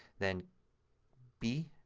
then b,